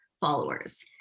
followers